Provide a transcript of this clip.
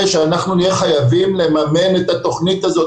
שאנחנו נהיה חייבים לממן את התוכנית הזו.